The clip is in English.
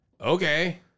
Okay